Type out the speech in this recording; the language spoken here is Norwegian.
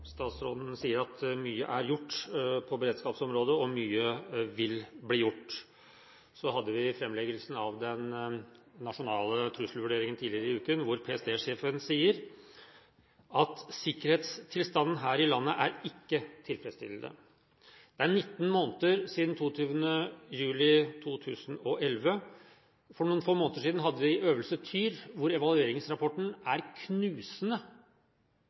gjort. Så hadde vi framleggelsen av den nasjonale trusselvurderingen tidligere i uken, hvor PST-sjefen sier at sikkerhetstilstanden her i landet ikke er tilfredsstillende. Det er 19 måneder siden 22. juli 2011. For noen få måneder siden hadde vi Øvelse Tyr, hvor evalueringsrapporten er knusende.